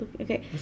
Okay